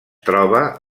troba